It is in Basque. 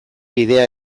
bidea